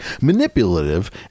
manipulative